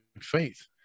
faith